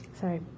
Sorry